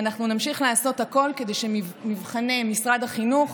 אנחנו נמשיך לעשות הכול כדי שמבחני משרד החינוך